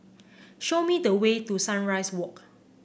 show me the way to Sunrise Walk